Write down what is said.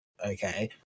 okay